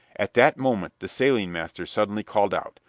at that moment the sailing master suddenly called out,